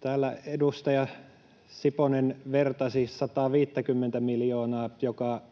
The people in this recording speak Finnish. Täällä edustaja Siponen vertasi 150:tä miljoonaa, joka